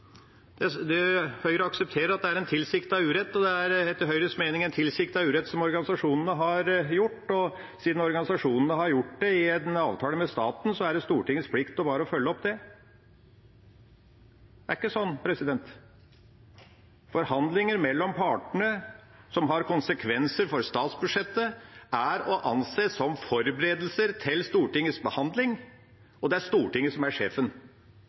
Høyre aksepterer at det er en tilsiktet urett, og det er etter Høyres mening en tilsiktet urett som organisasjonene har gjort, og siden organisasjonene har gjort det i en avtale med staten, er det Stortingets plikt å bare følge opp det. Det er ikke sånn. Forhandlinger mellom partene som har konsekvenser for statsbudsjettet, er å anse som forberedelser til Stortingets behandling, og det er Stortinget som er sjefen.